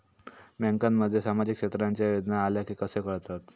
बँकांमध्ये सामाजिक क्षेत्रांच्या योजना आल्या की कसे कळतत?